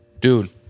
Dude